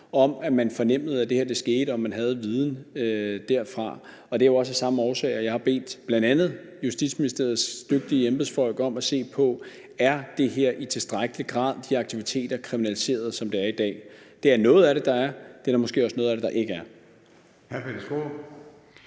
om, at de fornemmede, at det her skete, og at man havde noget viden derfra. Det er jo også af samme årsag, at jeg har bedt bl.a. Justitsministeriets dygtige embedsfolk om at se på, om de her aktiviteter i tilstrækkelig grad er kriminaliseret, som det er i dag. Det er der noget af det, der er, og det er der måske også noget af det, der ikke er.